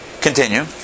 Continue